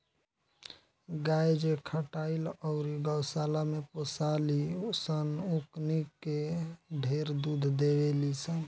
गाय जे खटाल अउरी गौशाला में पोसाली सन ओकनी के ढेरे दूध देवेली सन